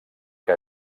que